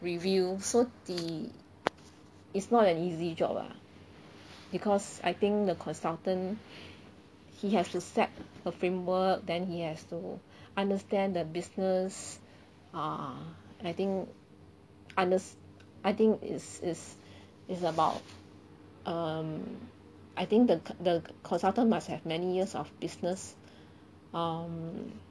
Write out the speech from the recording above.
review so the it's not an easy job ah because I think the consultant he has to set the framework then he has to understand the business uh I think under I think is is is about um I think the the consultant must have many years of business um